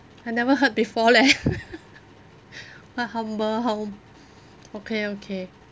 I never heard before leh what humble home okay okay